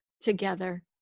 together